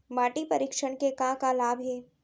माटी परीक्षण के का का लाभ हे?